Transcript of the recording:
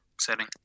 setting